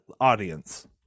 audience